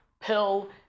pill